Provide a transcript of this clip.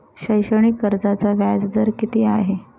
शैक्षणिक कर्जाचा व्याजदर किती आहे?